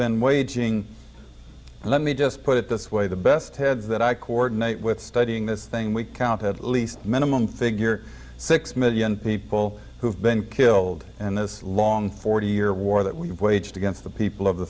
been waging let me just put it this way the best heads that i coordinate with studying this thing we count at least minimum figure six million people who have been killed in this long forty year war that we have waged against the people of the